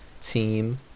team